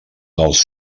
dels